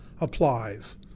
applies